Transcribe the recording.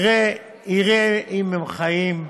יראה אם הם חיים.